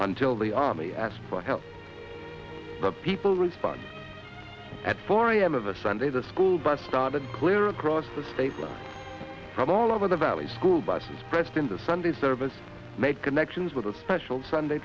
until the army asked for help but people respond at four a m of a sunday the school bus started clear across the state from all over the valley school buses pressed into sunday service made connections with a special sunday